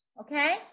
Okay